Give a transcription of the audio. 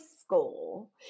school